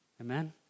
Amen